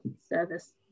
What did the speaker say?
service